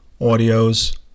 audios